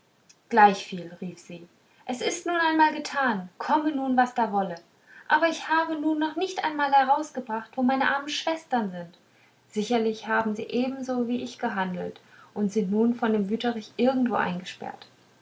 gleichviel rief sie es ist nun einmal getan komme nun was da wolle aber ich habe nun noch nicht einmal herausgebracht wo meine armen schwestern sind sicherlich haben sie ebenso wie ich gehandelt und sind nun von dem wütrich irgendwo eingesperrt